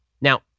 Now